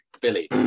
Philly